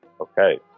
Okay